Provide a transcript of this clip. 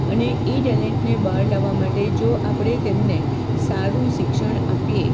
અને એ ટેલેન્ટને બહાર લાવવા માટે જો આપણે તેમને સારું શિક્ષણ આપીએ